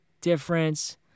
difference